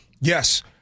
Yes